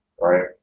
right